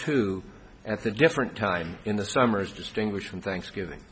two at the different time in the summers distinguish from thanksgiving